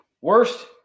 Worst